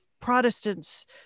protestants